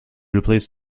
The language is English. replaced